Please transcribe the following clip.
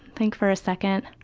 think for a second.